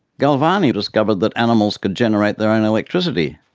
galvani discovered that animals could generate their own electricity,